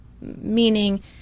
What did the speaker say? meaning